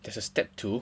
there's a step two